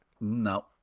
No